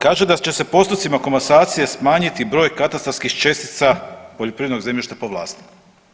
Kaže da će se postupcima komasacije smanjiti broj katastarskih čestica poljoprivrednog zemljišta po vlasniku.